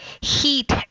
heat